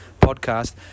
podcast